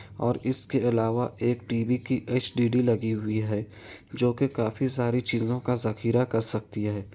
اور اس کے علاوہ ایک ٹی بی کی ایچ ڈی ڈی لگی ہوئی ہے جو کہ کافی ساری چیزوں کا ذخیرہ کر سکتی ہے